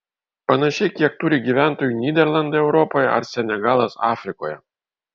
panašiai kiek turi gyventojų nyderlandai europoje ar senegalas afrikoje